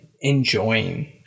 enjoying